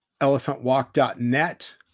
elephantwalk.net